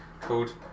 called